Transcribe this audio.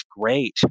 great